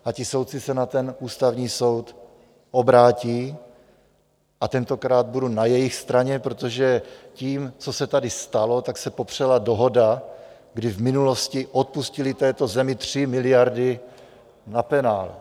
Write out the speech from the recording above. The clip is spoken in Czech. A ti soudci se na ten Ústavní soud obrátí, a tentokrát budu na jejich straně, protože tím, co se tady stalo, se popřela dohoda, kdy v minulosti odpustili této zemi 3 miliardy na penále.